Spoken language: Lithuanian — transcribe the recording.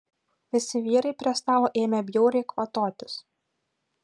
visi vyrai prie stalo ėmė bjauriai kvatotis